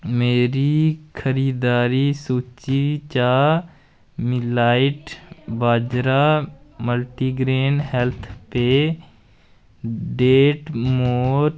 मेरी खरीदारी सूची चा मिलाइट बाजरा मल्टी ग्रेन हेल्थ पेऽ डेट मोर